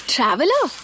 Traveler